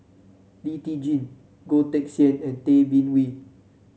Lee Tjin Goh Teck Sian and Tay Bin Wee